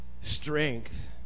strength